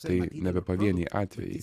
tai nebe pavieniai atvejai